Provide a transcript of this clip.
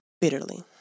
bitterly